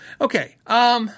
Okay